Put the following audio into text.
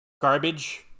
garbage